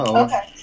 okay